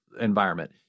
environment